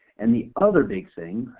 and the other big thing,